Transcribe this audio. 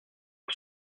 que